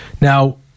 Now